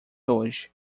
hoje